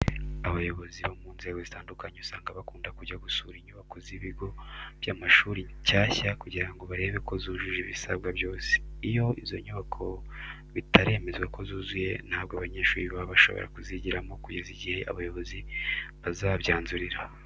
Abayobozi bo mu nzego zitandukanye usanga bakunda kujya gusura inyubako z'ibigo by'amashuri nshyashya kugira ngo barebe ko zujuje ibisabwa byose. Iyo izi nyubako bitaremezwa ko zuzuye, ntabwo abanyehuri baba bashobora kuzigiramo kugeza igihe abayobozi bazabyanzurira.